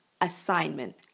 assignment